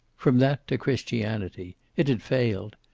from that to christianity. it had failed.